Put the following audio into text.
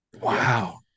Wow